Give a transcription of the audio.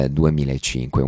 2005